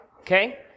Okay